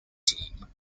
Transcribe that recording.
team